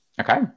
Okay